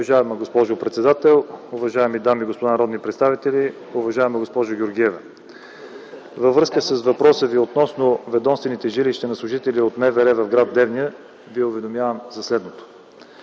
Уважаема госпожо председател, уважаеми дами и господа народни представители! Уважаема госпожо Георгиева, във връзка с въпроса Ви относно ведомствените жилища на служители от МВР в град Девня Ви уведомявам за следното.